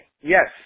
Yes